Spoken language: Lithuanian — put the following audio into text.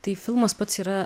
tai filmas pats yra